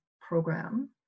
program